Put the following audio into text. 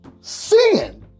sin